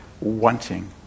wanting